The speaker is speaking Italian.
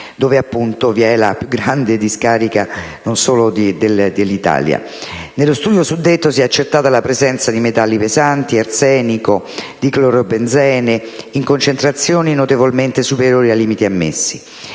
dove vi è la discarica più grande d'Italia. Nello studio suddetto si è accertata la presenza di metalli pesanti, di arsenico, di cloro benzene, in concentrazioni notevolmente superiori ai limiti ammessi.